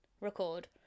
record